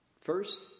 first